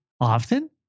often